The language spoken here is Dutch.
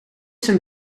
zijn